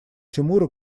тимура